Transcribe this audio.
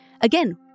Again